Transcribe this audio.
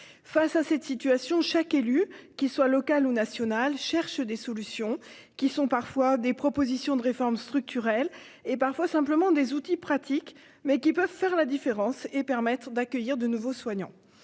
Face à cette situation, chaque élu, qu'il soit local ou national, cherche des solutions. Ce sont parfois des propositions de réformes structurelles, parfois simplement des outils pratiques, mais qui peuvent faire la différence et permettre d'accueillir de nouveaux soignants.